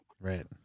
Right